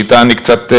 שאתה אני קצת,